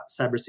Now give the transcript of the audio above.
cybersecurity